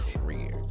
career